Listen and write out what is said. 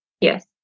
Yes